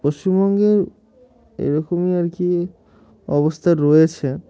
পশ্চিমবঙ্গের এরকমই আর কি অবস্থা রয়েছে